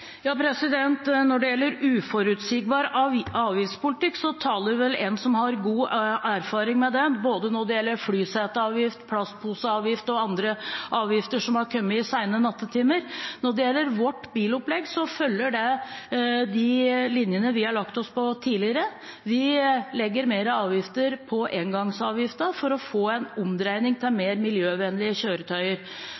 Når det gjelder uforutsigbar avgiftspolitikk, taler vel en som har god erfaring med det, når det gjelder både flyseteavgift, plastposeavgift og andre avgifter som har kommet i seine nattetimer. Når det gjelder vårt bilopplegg, følger det de linjene vi har lagt oss på tidligere. Vi legger mer på engangsavgiften for å få en omdreining til